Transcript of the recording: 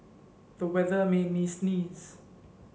the weather made me sneeze